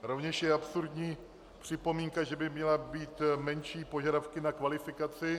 Rovněž je absurdní připomínka, že by měla mít menší požadavky na kvalifikaci.